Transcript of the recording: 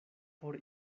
por